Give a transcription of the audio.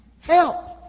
Help